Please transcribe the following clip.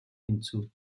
hinzu